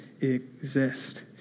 exist